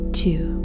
two